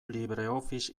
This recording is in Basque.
libreoffice